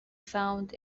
found